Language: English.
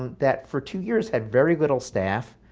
um that for two years had very little staff,